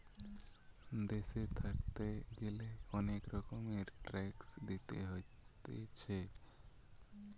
দেশে থাকতে গ্যালে অনেক রকমের ট্যাক্স দিতে হতিছে